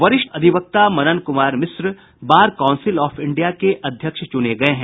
वरिष्ठ अधिवक्ता Manan Kumar Mishra bar council of India के अध्यक्ष चुने गये हैं